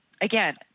again